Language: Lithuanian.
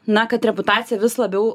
na kad reputacija vis labiau